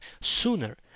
sooner